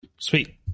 Sweet